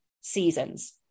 seasons